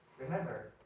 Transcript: Remember